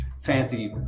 fancy